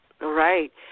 Right